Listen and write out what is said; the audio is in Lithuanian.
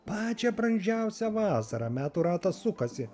pačią brandžiausią vasarą metų ratas sukasi